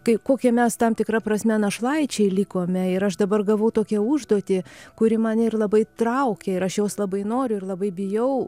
kai kokie mes tam tikra prasme našlaičiai likome ir aš dabar gavau tokią užduotį kuri man ir labai traukė ir aš jos labai noriu ir labai bijau